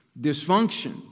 dysfunction